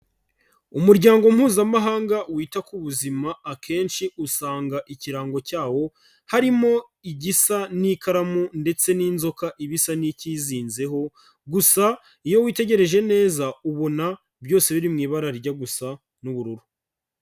Umuryango Mpuzamahanga wita ku buzima akenshi usanga ikirango cyawo harimo igisa n'ikaramu ndetse n'inzoka iba isa n'ikizinzeho, gusa iyo witegereje neza ubona byose biri mu ibara rijya gusa n'ubururu.